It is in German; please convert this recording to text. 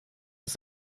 ist